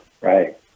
Right